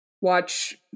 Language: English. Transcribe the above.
watch